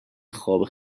خواب